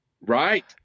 Right